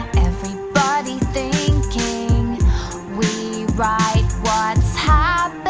everybody thinking we write what's happening